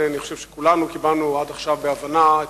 ואני חושב שכולנו קיבלנו עד עכשיו בהבנה את